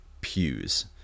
pews